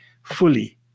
fully